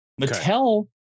Mattel